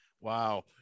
Wow